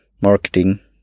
marketing